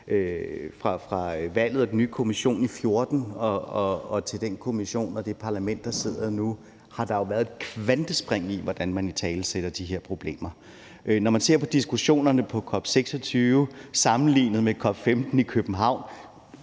fra valget af Kommissionen i 2014 til valget af den Kommission og det Europa-Parlament, der sidder nu, er der sket et kvantespring, i forhold til hvordan man italesætter de her problemer. Når man ser på diskussionerne på COP26 sammenlignet med COP15 i København,